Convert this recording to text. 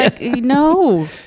no